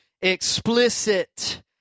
Explicit